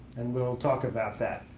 and we'll talk about that.